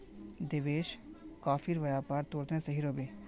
देवेश, कॉफीर व्यापार तोर तने सही रह बे